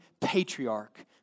patriarch